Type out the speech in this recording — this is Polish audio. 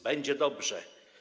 Będzie dobrze.